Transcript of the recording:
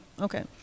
Okay